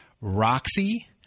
Roxy